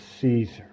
Caesar